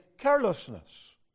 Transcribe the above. carelessness